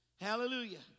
Hallelujah